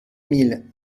mille